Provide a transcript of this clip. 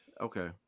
Okay